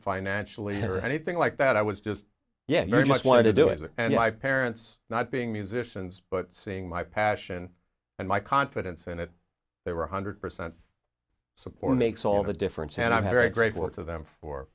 financially or anything like that i was just yeah very much wanted to do it and my parents not being musicians but seeing my passion and my confidence in it they were one hundred percent support makes all the difference and i'm very grateful to them for